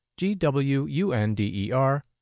gwunder